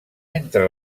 entre